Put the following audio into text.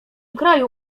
kraju